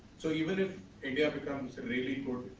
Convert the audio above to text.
so, even if india becomes really